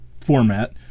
format